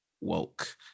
woke